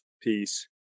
peace